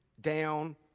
down